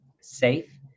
safe